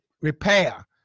Repair